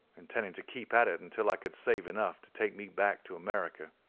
intending to keep at it until i could save enough to take me back to america.